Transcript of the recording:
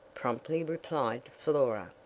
promptly replied flora.